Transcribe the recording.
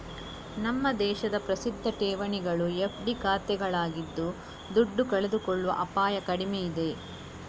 ನಮ್ಮ ದೇಶದ ಪ್ರಸಿದ್ಧ ಠೇವಣಿಗಳು ಎಫ್.ಡಿ ಖಾತೆಗಳಾಗಿದ್ದು ದುಡ್ಡು ಕಳೆದುಕೊಳ್ಳುವ ಅಪಾಯ ಕಡಿಮೆ ಇದೆ